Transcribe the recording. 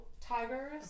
tigers